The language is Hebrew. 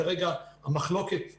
כרגע המחלוקת עצומה.